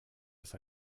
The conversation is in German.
ist